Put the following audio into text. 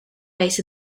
base